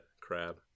crab